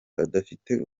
adafite